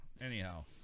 Anyhow